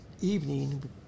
evening